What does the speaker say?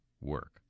work